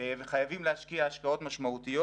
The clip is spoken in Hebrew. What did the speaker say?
וחייבים להשקיע השקעות משמעותיות.